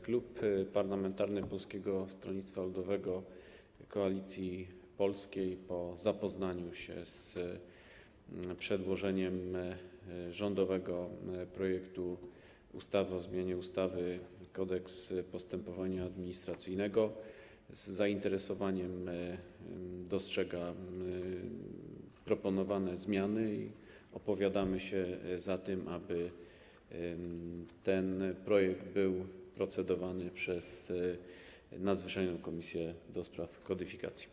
Klub Parlamentarny Polskie Stronnictwo Ludowe - Koalicja Polska po zapoznaniu się z przedłożeniem, rządowym projektem ustawy o zmianie ustawy Kodeks postępowania administracyjnego z zainteresowaniem dostrzega proponowane zmiany i opowiadamy się za tym, aby ten projekt był procedowany przez Komisję Nadzwyczajną do spraw zmian w kodyfikacjach.